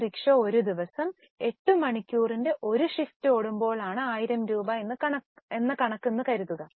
ഈ റിക്ഷ ഒരു ദിവസം 8 മണിക്കൂറിന്റെ ഒരു ഷിഫ്റ്റ് ഓടുമ്പോൾ ആണ് 1000 രൂപ എന്ന കണക്കു എന്ന് കരുതുക